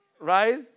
right